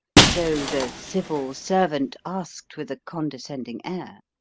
so the civil servant asked with a condescending air,